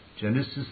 Genesis